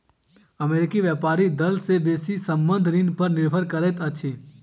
अमेरिकी व्यापारी दल के बेसी संबंद्ध ऋण पर निर्भर करैत अछि